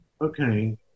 okay